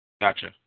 Gotcha